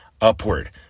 upward